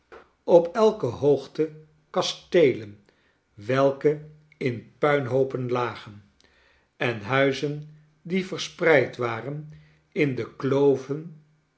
op elke hoogte kasteelen welke in puinhoopen lagen en huizen die verspreid waren in de kloven